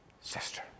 sister